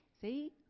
See